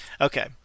Okay